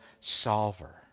solver